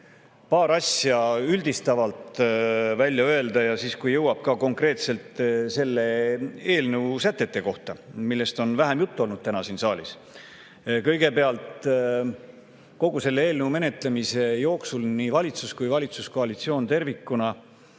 paar asja üldistavalt välja öelda ja siis, kui jõuab, ka konkreetselt selle eelnõu sätete kohta, millest on vähem juttu olnud täna siin saalis. Kõigepealt. Kogu selle eelnõu menetlemise jooksul nii valitsus kui ka valitsuskoalitsioon tervikuna